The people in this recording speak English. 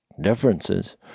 differences